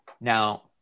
Now